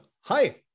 Hi